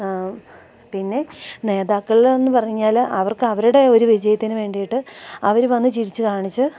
പിന്നെ നേതാക്കളെന്നു പറഞ്ഞാൽ അവർക്ക് അവരുടെ ഒരു വിജയത്തിനു വേണ്ടിയിട്ട് അവർ വന്നു ചിരിച്ചു കാണിച്ച്